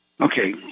Okay